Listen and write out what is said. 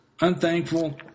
unthankful